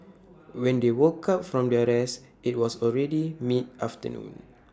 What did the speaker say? when they woke up from their rest IT was already mid afternoon